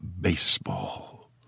baseball